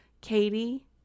Katie